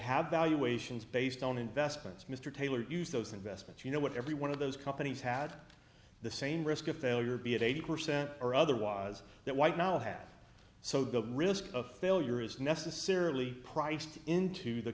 have valuations based on investments mr taylor used those investments you know what every one of those companies had the same risk of failure be it eighty percent or otherwise that white now have so the risk of failure is necessarily priced into the